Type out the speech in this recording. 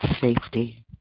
safety